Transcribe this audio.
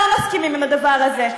שלא מסכימים לדבר הזה.